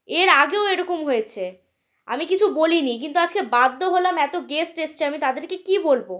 এর আগেও এরকম হয়েছে আমি কিছু বলি নি কিন্তু আজকে বাধ্য হলাম এত গেস্ট এসছে আমি তাদেরকে কি বলব